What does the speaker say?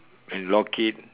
and lock it